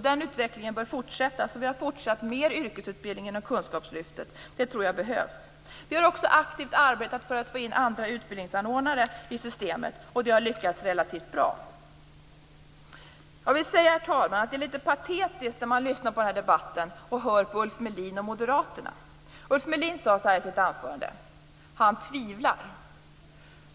Den utvecklingen bör fortsätta. Därför blir det fortsatt mer yrkesutbildning inom kunskapslyftet, och det tror jag behövs. Vi har också aktivt arbetat för att få in andra utbildningsanordnare i systemet, vilket har lyckats relativt bra. Jag vill säga, herr talman, att det är litet patetiskt att höra Ulf Melin och moderaterna här i debatten. Ulf Melin sade i sitt anförande att han tvivlar.